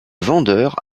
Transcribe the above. vendeur